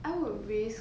I would risk